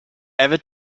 ever